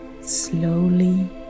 slowly